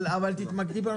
אבל תתמקדי בנושא הזה.